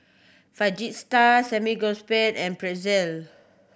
Fajitas and Pretzel